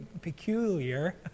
peculiar